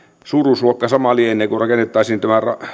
suuruusluokka lienee sama kuin rakennettaisiin tämä